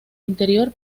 interior